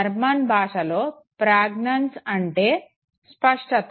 German భాషలో ప్రజ్ఞాంజ్ అంటే స్పష్టత